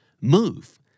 Move